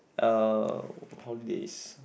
uh holidays